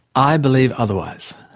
i believe otherwise.